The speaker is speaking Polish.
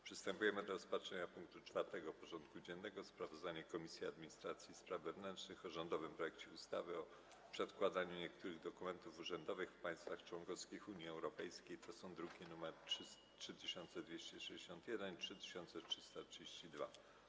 Przystępujemy do rozpatrzenia punktu 4. porządku dziennego: Sprawozdanie Komisji Administracji i Spraw Wewnętrznych o rządowym projekcie ustawy o przedkładaniu niektórych dokumentów urzędowych w państwach członkowskich Unii Europejskiej (druki nr 3261 i 3332)